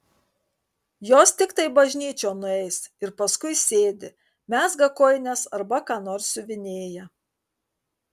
jos tiktai bažnyčion nueis ir paskui sėdi mezga kojines arba ką nors siuvinėja